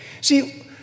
See